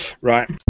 Right